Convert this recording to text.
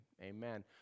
amen